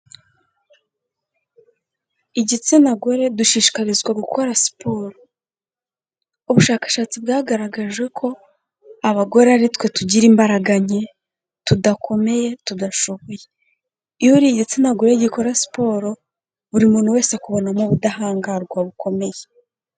Igitsina gore, dushishikarizwa gukora siporo. Ubushakashatsi bwagaragaje ko, abagore ari twe tugira imbaraga nke, tudakomeye, tudashoboye. Iyo uri igitsinagore gikora siporo, buri muntu wese akubonamo ubudahangarwa bukomeye.